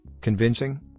Convincing